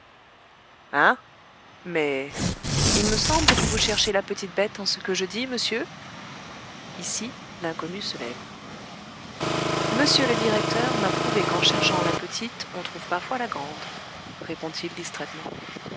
mais il me semble que vous cherchez la petite bête en ce que je dis monsieur ici l'inconnu se lève monsieur le directeur m'a prouvé qu'en cherchant la petite on trouve parfois la grande répond-il distraitement